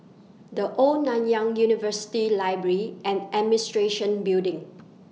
The Old Nanyang University Library and Administration Building